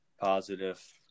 positive